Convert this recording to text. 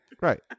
right